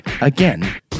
again